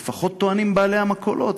לפחות טוענים בעלי המכולות,